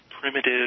primitive